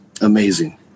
Amazing